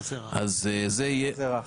מה זה רך?